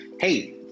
hey